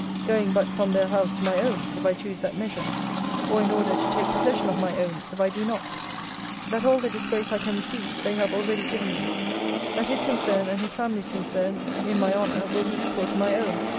going but from their house to my own, if i choose that measure or in order to take possession of my own, if i do not that all the disgrace i can receive, they have already given me that his concern and his family's concern in my honour, will be equal to my own,